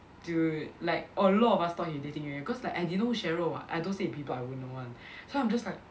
dude like a lot of us thought he dating Yuan Yuan cause like I didn't know who's Sheryl [what] I don't say people I won't know [one] so I'm just like